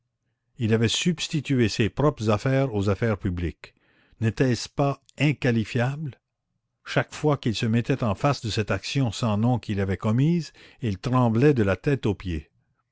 il avait substitué ses propres affaires aux affaires publiques n'était-ce pas inqualifiable chaque fois qu'il se mettait en face de cette action sans nom qu'il avait commise il tremblait de la tête aux pieds